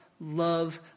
love